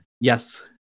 yes